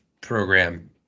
program